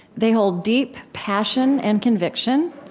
they hold deep passion and conviction,